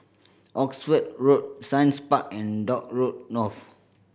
Oxford Road Science Park and Dock Road North